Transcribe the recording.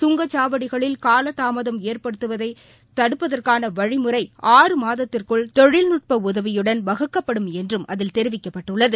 சுங்கசாவடிகளில் காலதாமதம் ஏற்படுவதைதடுப்பதற்கானவழிமுறை ஆறு மாதத்திற்குள் தொழில்நுட்பஉதவியுடன் வகுக்கப்படும் என்றும் அதில் குறிப்பிடப்பட்டுள்ளது